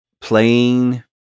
playing